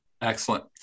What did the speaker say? Excellent